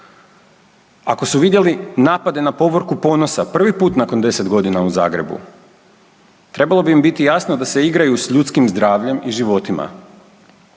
Ako su vidjeli napade na povorku ponosa prvi put nakon 10 godina u Zagrebu trebalo bi im biti jasno da se igraju s ljudskim zdravljem i životima.